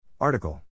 Article